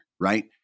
right